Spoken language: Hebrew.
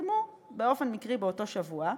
שהתפרסמו במקרה באותו שבוע,